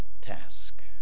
task